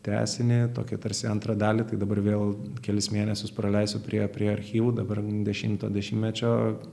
tęsinį tokią tarsi antrą dalį tai dabar vėl kelis mėnesius praleisiu prie prie archyvų dabar dešimto dešimtmečio